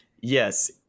yes